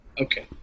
Okay